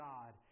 God